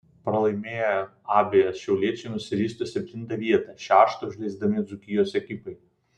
pralaimėję abejas šiauliečiai nusiristų į septintą vietą šeštą užleisdami dzūkijos ekipai